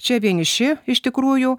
čia vieniši iš tikrųjų